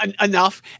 enough